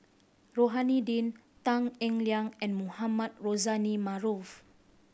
Rohani Din Tan Eng Liang and Mohamed Rozani Maarof